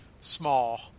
small